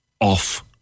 off